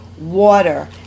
water